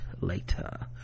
later